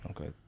Okay